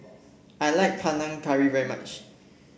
I like Panang Curry very much